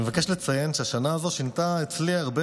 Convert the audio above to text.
אני מבקש לציין שהשנה הזו שינתה אצלי הרבה